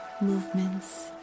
movements